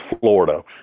Florida